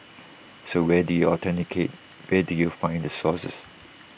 so where do you authenticate where do you find the sources